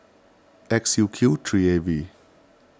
X U Q three A V